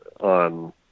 On